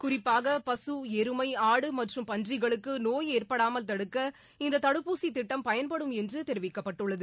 குறிப்பாக பக எருமை ஆடு மற்றும் பன்றிகளுக்கு நோய் ஏற்படாமல் தடுக்க இந்த தடுப்பூசி திட்டம் பயன்படும் என்று தெரிவிக்கப்பட்டுள்ளது